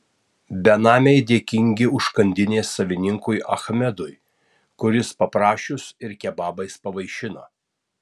benamiai dėkingi užkandinės savininkui achmedui kuris paprašius ir kebabais pavaišina